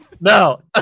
No